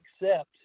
accept